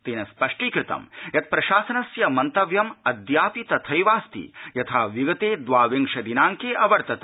तेन स्पष्टीकृतं यत् प्रशासनस्य मन्तव्यम् अद्यापि तथैवास्ति यथा विगते द्वाविंश दिनांके अवर्तत